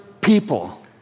people